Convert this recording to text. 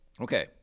Okay